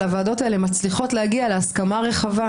הוועדות האלה מצליחות להגיע להסכמה רחבה.